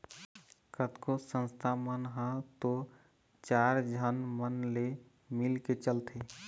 कतको संस्था मन ह तो चार झन मन ले मिलके चलथे